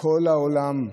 כל העולם,